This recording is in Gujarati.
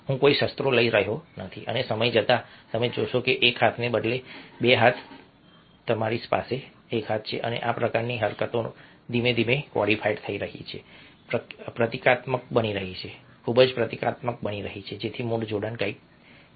હું કોઈ શસ્ત્રો લઈ રહ્યો નથી અને સમય જતાં તમે જોશો કે એક હાથને બદલે એક બે હાથને બદલે તમારી પાસે એક હાથ છે અને આ પ્રકારની હરકતો ધીમે ધીમે કોડીફાઈડ થઈ રહી છે પ્રતીકાત્મક બની રહી છે ખૂબ જ પ્રતીકાત્મક બની રહી છે જેથી મૂળ જોડાણ કંઈક છે